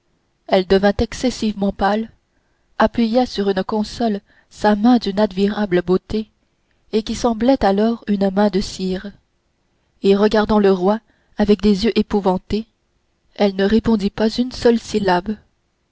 elle devint excessivement pâle appuya sur une console sa main d'une admirable beauté et qui semblait alors une main de cire et regardant le roi avec des yeux épouvantés elle ne répondit pas une seule syllabe